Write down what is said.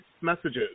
messages